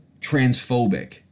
transphobic